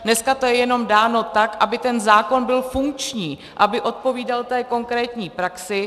Dneska to je jenom dáno tak, aby ten zákon byl funkční, aby odpovídal konkrétní praxi.